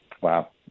Wow